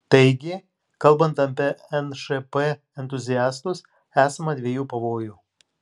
taigi kalbant apie nšp entuziastus esama dviejų pavojų